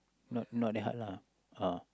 not not that hard lah uh